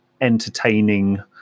entertaining